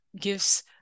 gives